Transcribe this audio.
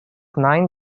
nine